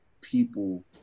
people